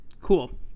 Cool